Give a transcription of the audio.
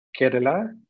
Kerala